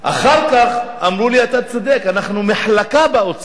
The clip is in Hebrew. אחר כך אמרו לי: אתה צודק, אנחנו מחלקה באוצר,